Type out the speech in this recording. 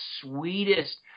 sweetest